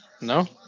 no